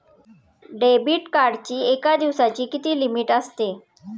Debit कार्डची एका दिवसाची किती लिमिट असते?